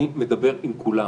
אני מדבר עם כולם.